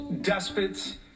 Despots